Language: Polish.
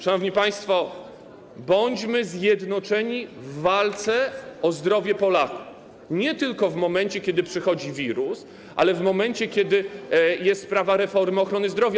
Szanowni państwo, bądźmy zjednoczeni w walce o zdrowie Polaków nie tylko w momencie, kiedy przychodzi wirus, ale i wtedy, kiedy jest sprawa reformy ochrony zdrowia.